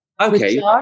Okay